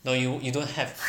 no you you don't have